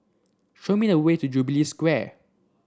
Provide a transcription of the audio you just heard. show me the way to Jubilee Square